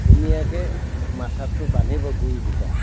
কোণীয়াকৈ মাথাটো বান্ধিব গুৰি দুটা